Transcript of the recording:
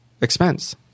expense